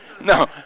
no